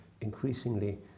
increasingly